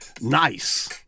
Nice